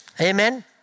Amen